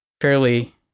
fairly